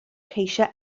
ceisio